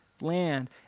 land